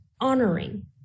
honoring